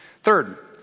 Third